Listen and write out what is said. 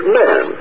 man